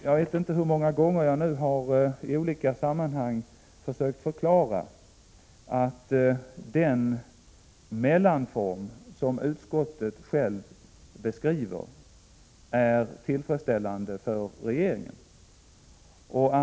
Jag vet inte hur många gånger jag i olika sammanhang har försökt förklara att den mellanform som utskottet självt beskriver är tillfredsställande för regeringen.